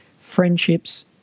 friendships